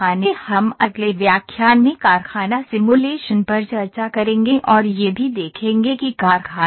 हम अगले व्याख्यान में कारखाना सिमुलेशन पर चर्चा करेंगे और यह भी देखेंगे कि कारखाना क्या है